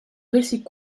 récit